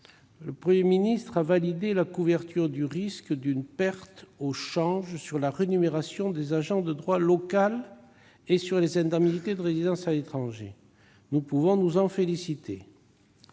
le Premier ministre a validé la couverture du risque d'une perte au change sur la rémunération des agents de droit local et sur les indemnités de résidence à l'étranger. Nous pouvons nous en féliciter.